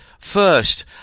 First